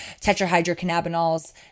tetrahydrocannabinols